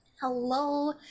Hello